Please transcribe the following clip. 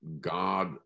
God